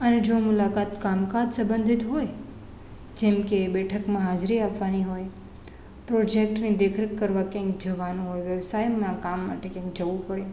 અને જો મુલાકાત કામ કાજ સબંધિત હોય જેમ કે બેઠકમાં હાજરી આપવાંની હોય પ્રોજેક્ટની દેખરેખ કરવાં ક્યાંક જવાનું હોય વ્યવસાયનાં કામ માટે ક્યાંક જવું પડે